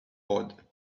bored